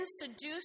seduced